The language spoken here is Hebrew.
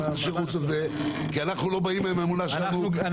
כי אנחנו לא באים עם אמונה -- -אני,